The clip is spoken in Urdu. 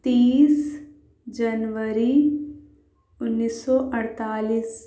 تیس جنوری اُنیس سو اڑتالیس